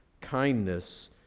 kindness